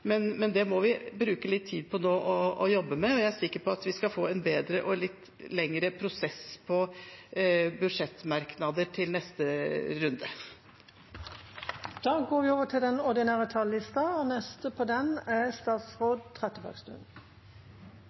Men det må vi nå bruke litt tid på å jobbe med, og jeg er sikker på at vi skal få en bedre og litt lengre prosess på budsjettmerknader til neste runde. Replikkordskiftet er omme. Årets budsjettdebatt avholder vi mot et alvorlig bakteppe. Det er